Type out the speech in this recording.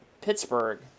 Pittsburgh